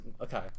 okay